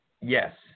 yes